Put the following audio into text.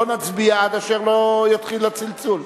לא נצביע עד אשר יתחיל הצלצול.